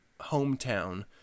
hometown